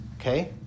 Okay